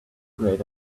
great